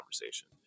conversation